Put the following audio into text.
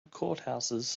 courthouses